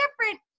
different